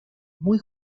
muy